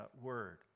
word